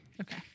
Okay